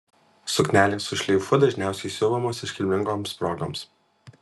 suknelės su šleifu dažniausiai siuvamos iškilmingoms progoms